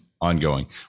ongoing